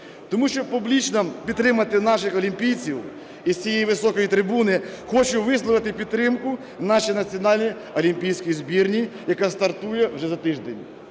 Тому, щоб публічно підтримати наших олімпійців, із цієї високої трибуни хочу висловити підтримку нашій національній олімпійській збірній, яка стартує вже за тиждень.